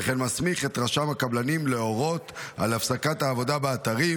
וכן מסמיך את רשם הקבלנים להורות על הפסקת העבודה באתרים,